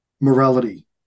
morality